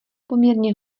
poměrně